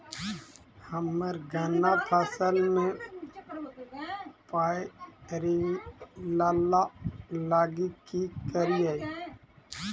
हम्मर गन्ना फसल मे पायरिल्ला लागि की करियै?